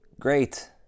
great